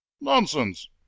Nonsense